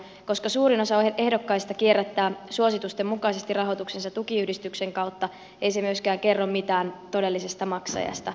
koska suurin osa ehdokkaista kierrättää suositusten mukaisesti rahoituksensa tukiyhdistyksen kautta ei se myöskään kerro mitään todellisesta maksajasta